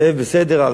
הזאב בסדר,